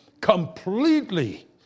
completely